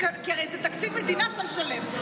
זה הרי תקציב מדינה שממנו אתה משלם.